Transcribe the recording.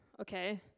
okay